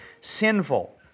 sinful